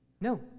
no